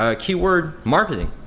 ah keyword, marketing.